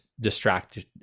distracted